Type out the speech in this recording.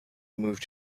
moved